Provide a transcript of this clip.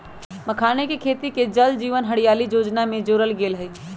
मखानके खेती के जल जीवन हरियाली जोजना में जोरल गेल हई